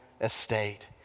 estate